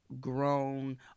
grown